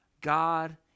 God